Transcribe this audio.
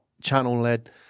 channel-led